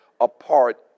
apart